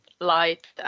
light